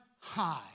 high